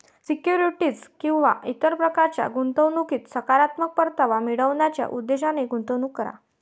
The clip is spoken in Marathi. सिक्युरिटीज किंवा इतर प्रकारच्या गुंतवणुकीत सकारात्मक परतावा मिळवण्याच्या उद्देशाने गुंतवणूक करा